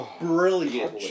Brilliant